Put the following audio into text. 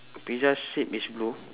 pizza shape is blue